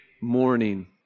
morning